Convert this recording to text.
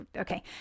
Okay